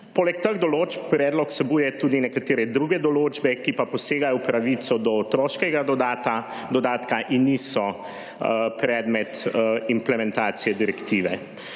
Poleg teh določb, predlog vsebuje tudi nekatere druge določbe, ki pa posegajo v pravico do otroškega dodatka in niso predmet implementacije direktive.